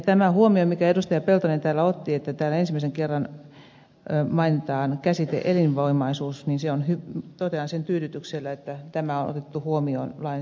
peltonen täällä teki huomion että täällä ensimmäisen kerran mainitaan käsite elinvoimaisuus ja totean tyydytyksellä että tämä on otettu huomioon lainsäädännössä